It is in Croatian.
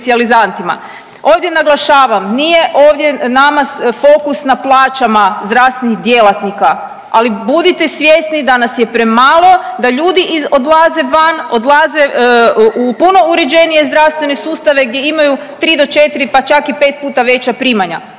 Ovdje naglašavam, nije ovdje nama fokus na plaćama zdravstvenih djelatnika, ali budite svjesni da nas je premalo da ljudi odlaze van, odlaze u puno uređenije zdravstvene sustave gdje imaju tri do četri pa čak i pet puta veća primanja